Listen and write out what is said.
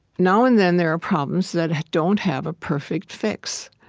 now and then, there are problems that don't have a perfect fix.